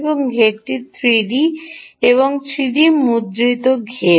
এই ঘেরটি 3 ডি থেকে তৈরি এটি 3 ডি মুদ্রিত ঘের